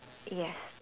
yes